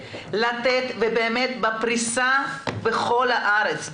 לתת בפריסה בכל הארץ,